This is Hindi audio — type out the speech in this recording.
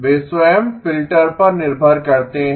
वे स्वयं फ़िल्टर पर निर्भर करते हैं